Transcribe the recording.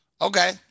Okay